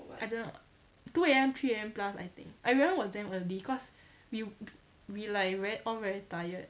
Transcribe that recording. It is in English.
I don't know two A_M three A_M plus I think I remember it was damn early cause we we like ve~ all very tired